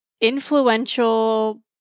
influential